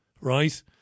right